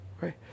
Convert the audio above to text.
right